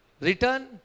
return